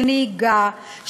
של נהיגה,